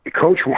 Coach